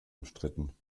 umstritten